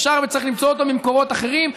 ואפשר וצריך למצוא אותו ממקורות אחרים.